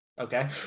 Okay